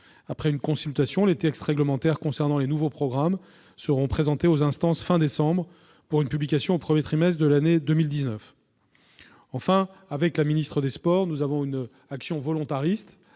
Après une consultation, les textes réglementaires concernant les nouveaux programmes seront présentés aux instances à la fin du mois de décembre, pour une publication au premier trimestre de l'année 2019. Enfin, avec la ministre des sports, nous menons une action volontariste